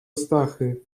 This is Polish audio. stachy